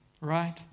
right